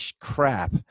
crap